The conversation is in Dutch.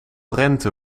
rente